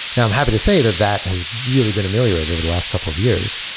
now i'm happy to say that that has really been ameliorative over last couple of years.